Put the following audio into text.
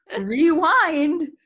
rewind